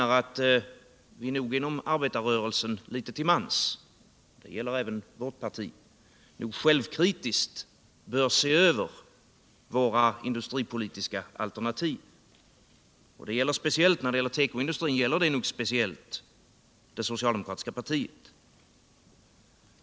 Vi inom arbetarrörelsen bör litet till mans — det gäller även mitt parti — självkritiskt se över våra industripolitiska alternativ. För tekoindustrin gäller detta nog speciellt det socialdemokratiska partiet.